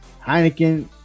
Heineken